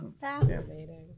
Fascinating